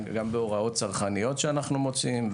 גם בהוראות צרכניות שאנו מוציאים,